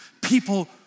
people